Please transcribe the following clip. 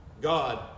God